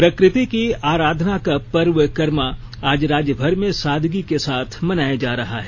प्रकृति की आराधना का पर्व करमा आज राज्यभर में सादगी के साथ मनाया जा रहा है